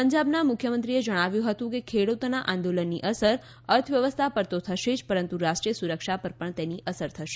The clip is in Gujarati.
પંજાબનાં મુખ્યમંત્રી એ જણાવ્યું કે ખેડૂતોનાં આંદોલન અસર અર્થવ્યવ્સ્થા પર તો થશે જ પરંતુ રાષ્ટ્રીય સુરક્ષા પર પણ તેની અસર થશે